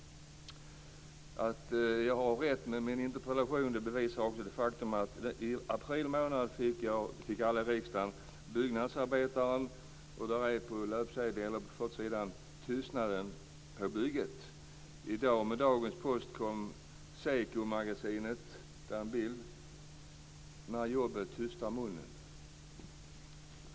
Att jag har rätt när det gäller det jag säger i min interpellation bevisar också det faktum att det - i april fick alla i riksdagen tidningen Byggnadsarbetaren - på första sidan står det om tystnaden på bygget. Med dagens post kom SEKO-magasinet. Där finns en bild och sedan står det: När jobbet tystar munnen.